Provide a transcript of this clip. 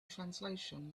translation